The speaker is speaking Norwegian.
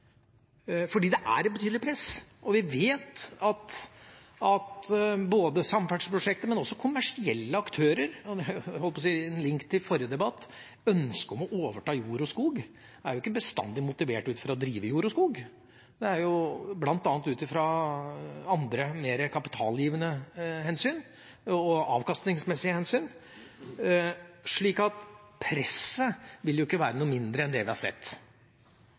det er et betydelig press, og vi vet at både når det gjelder samferdselsprosjekter og også kommersielle aktører – og det er jo, holdt jeg på å si, en link til forrige debatt – er ønsket om å overta jord og skog ikke bestandig motivert ut fra ønsket om å drive jord og skog. Det er bl.a. ut fra andre, mer kapitalgivende og avkastningsmessige hensyn. Så presset vil ikke være noe mindre enn det vi har sett.